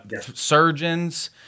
surgeons